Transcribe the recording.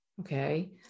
Okay